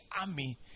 army